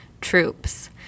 troops